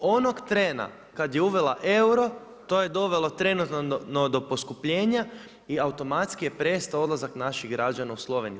Onog trena kada je uvela euro, to je dovelo trenutno do poskupljenja i automatski je prestao odlazak naših građana u Sloveniju.